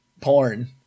porn